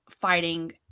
fighting